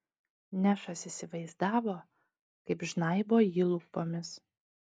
nešas įsivaizdavo kaip žnaibo jį lūpomis